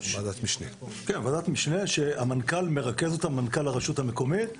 ועדת משנה, שמנכ"ל הרשות המקומית מרכז אותה.